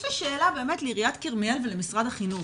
יש לי שאלה באמת לעיריית כרמיאל ולמשרד החינוך.